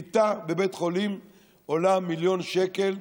מיטה בבית חולים עולה מיליון שקל,